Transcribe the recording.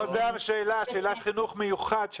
זאת השאלה, שאלתי על החינוך המיוחד.